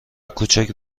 کوچک